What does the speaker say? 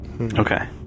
Okay